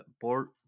board